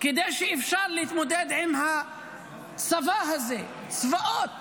כדי שאפשר יהיה להתמודד עם הצבא הזה, צבאות